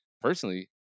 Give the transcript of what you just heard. personally